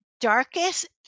darkest